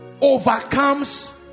overcomes